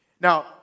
Now